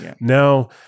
now